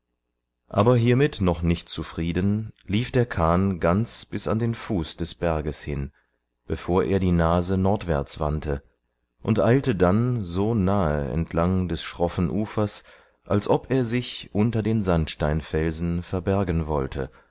aber hiermit noch nicht zufrieden lief der kahn ganz bis an den fuß des berges hin bevor er die nase nordwärts wandte und eilte dann so nahe entlang des schroffen ufers als ob er sich unter den sandsteinfelsen verbergen wollte